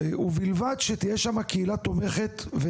ובלבד שתהיה שם קהילה תומכת.